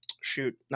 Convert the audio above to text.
shoot